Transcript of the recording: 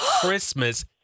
Christmas